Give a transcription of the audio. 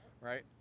right